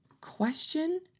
question